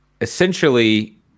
essentially